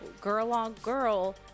girl-on-girl